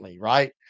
right